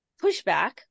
pushback